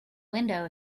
window